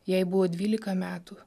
jai buvo dvylika metų